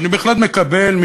ואני בהחלט מקבל,